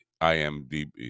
IMDb